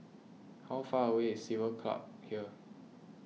how far away is Civil Service Club from here